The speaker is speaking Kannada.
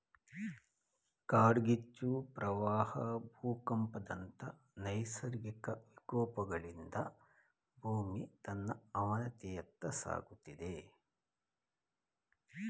ಕಾಡ್ಗಿಚ್ಚು, ಪ್ರವಾಹ ಭೂಕಂಪದಂತ ನೈಸರ್ಗಿಕ ವಿಕೋಪಗಳಿಂದ ಭೂಮಿ ತನ್ನ ಅವನತಿಯತ್ತ ಸಾಗುತ್ತಿದೆ